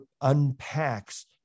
unpacks